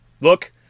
Look